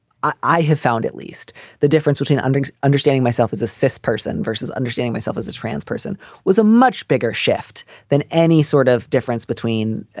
i have found at least the difference between and understanding myself as a cis person versus understanding myself as a trans person was a much bigger shift than any sort of difference between,